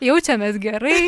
jaučiamės gerai